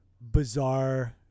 bizarre